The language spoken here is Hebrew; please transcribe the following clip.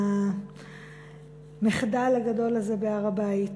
המחדל הגדול הזה בהר-הבית.